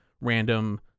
random